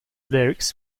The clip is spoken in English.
lyrics